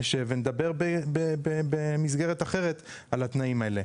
נשב ונדבר במסגרת אחרת על התנאים האלה.